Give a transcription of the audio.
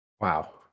wow